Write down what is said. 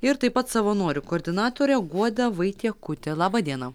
ir taip pat savanorių koordinatorė guoda vaitiekutė laba diena